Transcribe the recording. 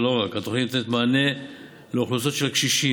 אבל לא רק: התוכנית נותנת מענה לאוכלוסיות של קשישים,